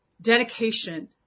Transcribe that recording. dedication